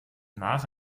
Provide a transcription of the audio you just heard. nach